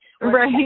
Right